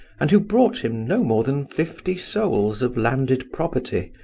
and who brought him no more than fifty souls of landed property,